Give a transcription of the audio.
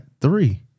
three